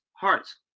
hearts